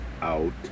out